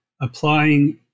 applying